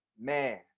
Man